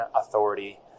authority